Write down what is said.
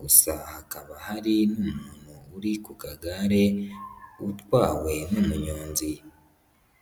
Gusa hakaba hari n'umuntu uri ku kagare, utwawe n'umuyonzi.